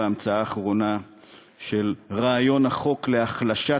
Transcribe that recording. ההמצאה האחרונה של רעיון החוק להחלשת